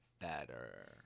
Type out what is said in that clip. better